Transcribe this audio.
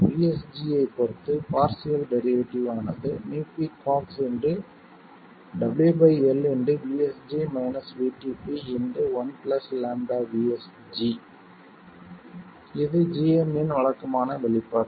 VSG ஐப் பொறுத்து partial derivative ஆனது µpCox W L 1 λ VSD இது gm இன் வழக்கமான வெளிப்பாடு